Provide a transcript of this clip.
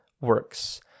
works